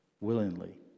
willingly